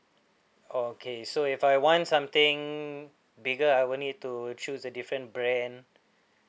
okay so if I want something bigger I will need to choose a different brand